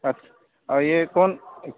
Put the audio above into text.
अच्छा और यह कोन